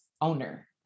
owner